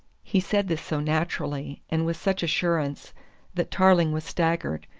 he said this so naturally and with such assurance that tarling was staggered.